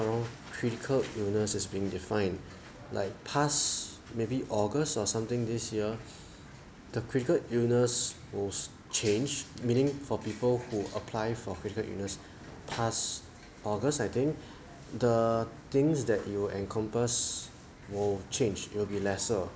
not wrong critical illness is being defined like past maybe august or something this year the critical illness was changed meaning for people who apply for critical illness past august I think the things that you encompass will change it will be lesser